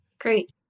Great